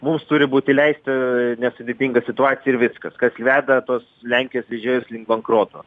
mums turi būti leista nes sudėtinga situacija ir viskas kas veda tuos lenkijos vežėjus link bankroto